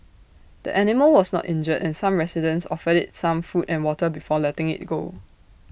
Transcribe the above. the animal was not injured and some residents offered IT some food and water before letting IT go